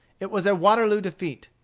it was a waterloo defeat.